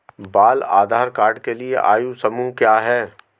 बाल आधार कार्ड के लिए आयु समूह क्या है?